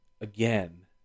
again